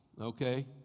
okay